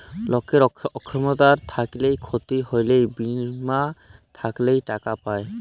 লকের অক্ষমতা থ্যাইকলে ক্ষতি হ্যইলে বীমা থ্যাইকে টাকা পায়